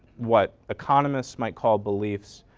what economists might call beliefs.